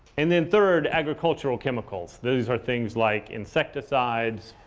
and then third, agricultural chemicals. these are things like insecticides,